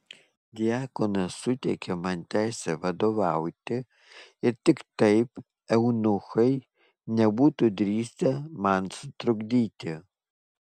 diakonas suteikė man teisę vadovauti ir tik taip eunuchai nebūtų drįsę man sutrukdyti